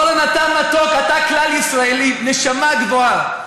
אורן, אתה מתוק, אתה כלל-ישראלי, נשמה גבוהה,